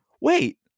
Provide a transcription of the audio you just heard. wait